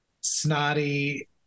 snotty